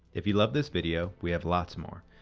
if you love this video we have lots more.